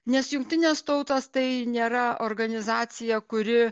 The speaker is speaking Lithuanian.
nes jungtinės tautos tai nėra organizacija kuri